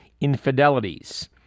infidelities